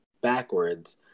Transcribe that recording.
backwards